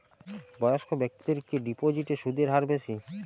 বয়স্ক ব্যেক্তিদের কি ডিপোজিটে সুদের হার বেশি?